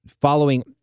following